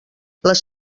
les